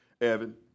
Evan